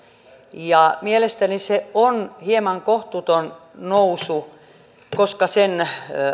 ja mielestäni se on hieman kohtuuton nousu koska sen